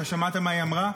אתה שמעת מה היא אמרה?